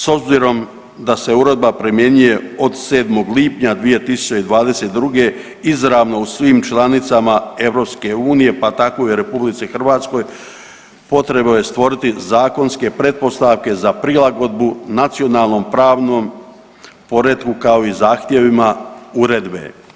S obzirom da se uredba primjenjuje od 7. lipnja 2022. izravno u svim članicama EU pa tako i u RH, potrebno je stvoriti zakonske pretpostavke za prilagodbu nacionalnom pravnom poretku kao i zahtjevima uredbe.